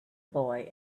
boy